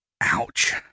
Ouch